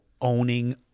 owning